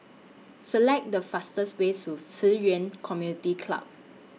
Select The fastest Way to Ci Yuan Community Club